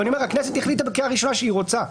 אבל הכנסת החליטה בקריאה ראשונה שהיא רוצה,